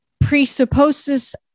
presupposes